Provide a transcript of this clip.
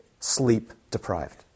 Sleep-deprived